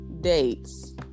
dates